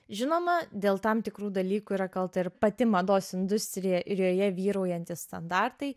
žinoma dėl tam tikrų dalykų yra kalta ir pati mados industrija ir joje vyraujantys standartai